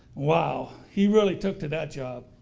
wow he really took to that job.